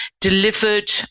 delivered